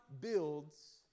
builds